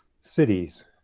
cities